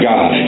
God